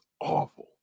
awful